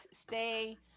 stay